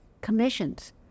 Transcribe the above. commissions